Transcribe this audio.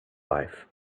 life